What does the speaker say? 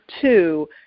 two